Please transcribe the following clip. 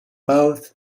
both